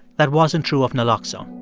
that wasn't true of naloxone